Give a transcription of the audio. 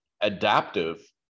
adaptive